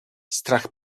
strach